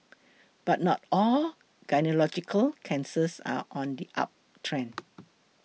but not all gynaecological cancers are on the uptrend